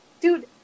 dude